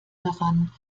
daran